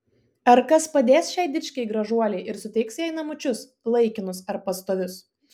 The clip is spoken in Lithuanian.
ar kas padės šiai dičkei gražuolei ir suteiks jai namučius laikinus ar pastovius